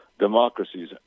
democracies